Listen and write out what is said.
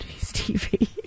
TV